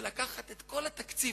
נשאלת השאלה,